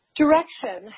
direction